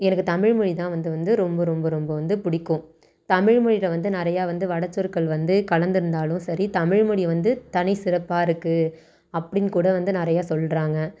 எனக்கு தமிழ்மொழிதான் வந்து வந்து ரொம்ப ரொம்ப ரொம்ப வந்து பிடிக்கும் தமிழ்மொழியில் வந்து நிறையா வந்து வடச்சொற்கள் வந்து கலந்திருந்தாலும் சரி தமிழ்மொழி வந்து தனி சிறப்பாக இருக்குது அப்டின்னு கூட வந்து நிறையா சொல்கிறாங்க